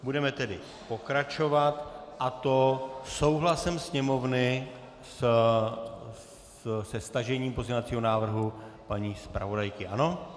Budeme tedy pokračovat, a to souhlasem Sněmovny se stažením pozměňovacího návrhu paní zpravodajky, ano?